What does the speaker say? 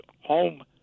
home